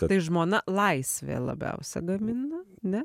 tai žmona laisvė labiausia gamina ne